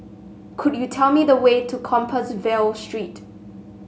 could you tell me the way to Compassvale Street